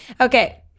Okay